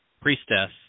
priestess